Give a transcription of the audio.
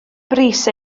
brys